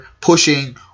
pushing